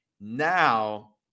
Now